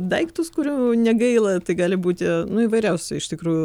daiktus kurių negaila tai gali būti nu įvairiausi iš tikrųjų